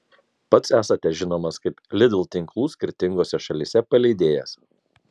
pats esate žinomas kaip lidl tinklų skirtingose šalyse paleidėjas